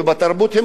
הם גם בבריאות.